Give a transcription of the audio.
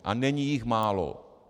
A není jich málo.